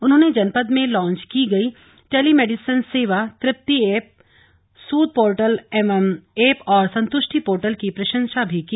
उन्होंने जनपद में लॉन्च की गयी टेलीमेडिसिन सेवा तृप्ति एप सूद पोर्टल एवं एप और संतुष्टि पोर्टल की प्रशंसा भी की